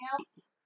else